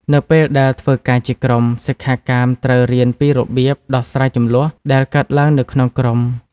នៅពេលដែលធ្វើការជាក្រុម សិក្ខាកាមត្រូវរៀនពីរបៀប ដោះស្រាយជម្លោះ ដែលកើតឡើងនៅក្នុងក្រុម។